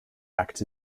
act